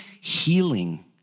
healing